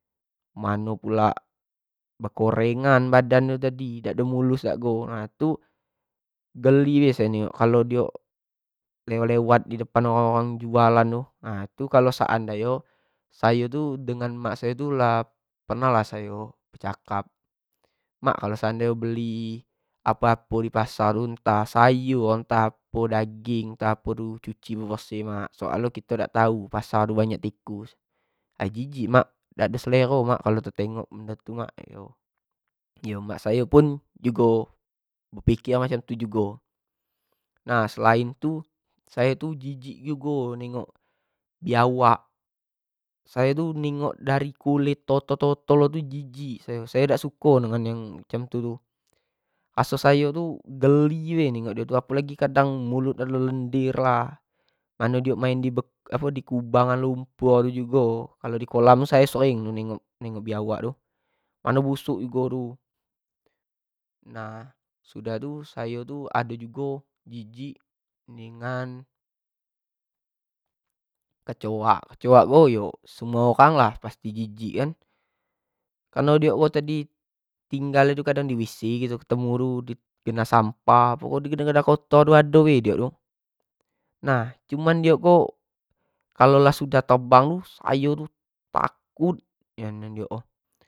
Mano pula bekorengan badan nyo tadi dak do mulus lah go, nah tu geli nian sayo tengok kalo diok lewat-lewat di depan orang bejualan tu, nah kalo seandai nyo sayo tu dengan mak sayo tu lah pernah lah ayo becakap mak kalo seandai nyo beli apo-apo di pasar tu ntah sayur, ntah apo daging tu cuci bersih mak, soal nyo kito dak tau pasar ado banyak tikus, ai jijik mak, dak ado slero mak kalo tetengok macam tu mak, dan iyo mak sayo pun jugo bepikir macam tu jugo, nah selain tu, sayo tu jijik jugo nengok biawak sayo tu ningok dari kulit totol-totol tu jijik sayo, sayo dak suko dengan cam tu-tu, raso sayo tu geli nian nengok dio tu apo lagi kadang mulut belendir-lender lah, mano diok main di lum di kubangan lumpur jugo, kalo di kolam ko sayo sering nengok biawak tu, mano busuk tu, nah sudah tu sayo tu ado jugo jijik nengok dengan kecoak, kecoak ko semuo orang lah pasti jijik kan, kareno diok ko tadi tinggal di wc kito ketemu tu di genah sampah, pokok di daerah-daerah kotor tu ado bae diok tu, nah cuman diok ko kalau lah sudah terbang sayo ko takut.